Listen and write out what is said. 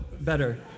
better